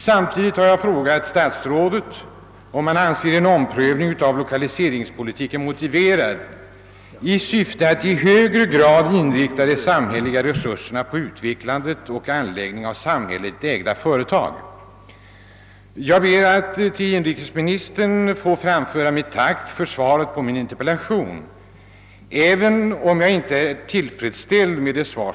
Vidare har jag frågat, om statsrådet anser en omprövning av lokaliseringspolitiken motiverad i syfte att i högre grad inrikta de samhälleliga resurserna på utvecklande och anläggning av samhälleligt ägda företag. Jag ber nu att till inrikesministern få framföra mitt tack för svaret på min interpellation, även om jag inte är tillfredsställd med detsamma.